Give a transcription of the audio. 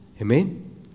Amen